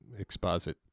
exposit